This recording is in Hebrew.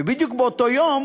ובדיוק באותו יום